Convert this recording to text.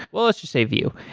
well let's just say vue,